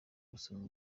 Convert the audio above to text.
gusoma